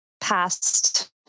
past